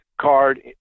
card